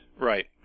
Right